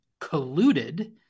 colluded